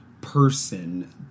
person